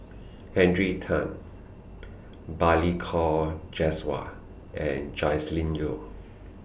Henry Tan Balli Kaur Jaswal and Joscelin Yeo